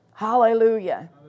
Hallelujah